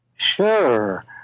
Sure